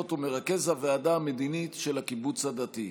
ומרכז הוועדה המדינית של הקיבוץ הדתי.